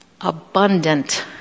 Abundant